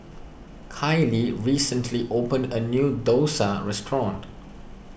Kailee recently opened a new Dosa restaurant